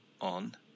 on